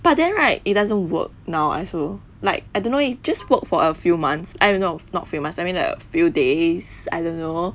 but then right it doesn't work now I feel like I don't know eh it just worked for a few months !aiya! no not a few months I mean like a few days I don't know